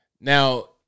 now